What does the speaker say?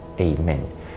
amen